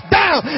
down